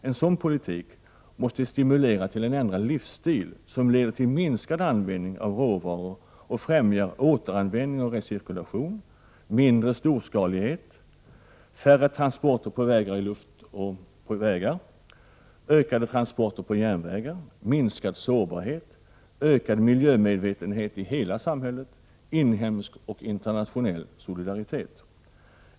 En sådan politik måste stimulera till en ändrad livsstil, som leder till minskad användning av råvaror och främjar: ökad miljömedvetenhet i hela samhället, inhemsk och internationell solidaritet.